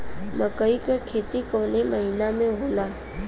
मकई क खेती कवने महीना में होला?